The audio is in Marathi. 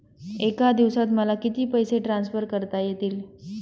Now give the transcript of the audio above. एका दिवसात मला किती पैसे ट्रान्सफर करता येतील?